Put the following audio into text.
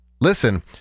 Listen